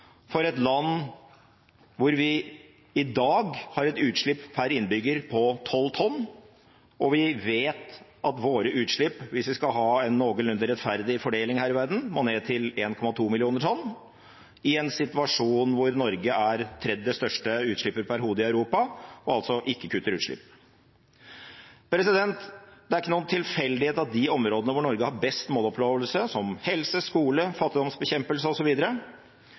for et land som Norge, hvor vi i dag har et utslipp per innbygger på 12 tonn. Vi vet at våre utslipp, hvis vi skal ha en noenlunde rettferdig fordeling her i verden, må ned til 1,2 millioner tonn, i en situasjon hvor Norge er tredje største utslipper per hode i Europa, og altså ikke kutter utslipp. Det er ikke noen tilfeldighet at de områdene hvor Norge har best måloppnåelse, som helse, skole, fattigdomsbekjempelse